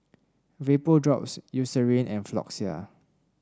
Vapodrops Eucerin and Floxia